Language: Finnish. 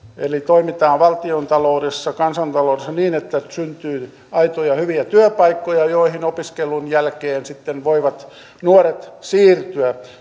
eli toimitaan valtiontaloudessa ja kansantaloudessa niin että syntyy aitoja hyviä työpaikkoja joihin opiskelun jälkeen sitten voivat nuoret siirtyä